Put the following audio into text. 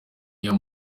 niyo